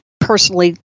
personally